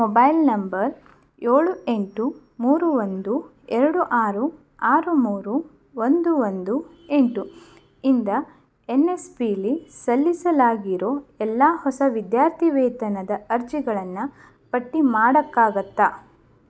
mobile number ಏಳು ಎಂಟು ಮೂರು ಒಂದು ಎರಡು ಆರು ಆರು ಮೂರು ಒಂದು ಒಂದು ಎಂಟು ಇಂದ ಎನ್ ಎಸ್ ಪೀಲಿ ಸಲ್ಲಿಸಲಾಗಿರೋ ಎಲ್ಲ ಹೊಸ ವಿದ್ಯಾರ್ಥಿವೇತನದ ಅರ್ಜಿಗಳನ್ನು ಪಟ್ಟಿ ಮಾಡೋಕ್ಕಾಗುತ್ತಾ